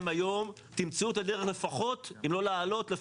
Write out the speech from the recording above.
היום תמצאו את הדרך לפחות אם לא להעלות,